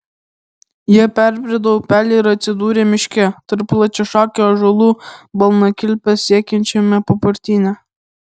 jie perbrido upelį ir atsidūrė miške tarp plačiašakių ąžuolų balnakilpes siekiančiame papartyne